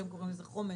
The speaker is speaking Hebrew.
אתם קוראים לזה חומש,